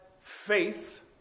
faith